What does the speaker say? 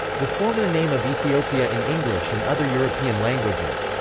the former name of ethiopia in english and other european languages.